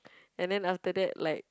and then after that like